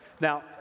Now